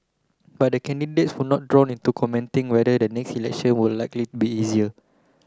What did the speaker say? but the would not drawn into commenting whether the next election would likely be easier